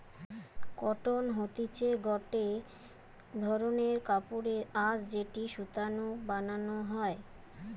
cotton হতিছে গটে ধরণের কাপড়ের আঁশ যেটি সুতো নু বানানো হয়